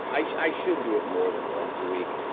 um i i should do it more than once a week.